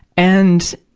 and,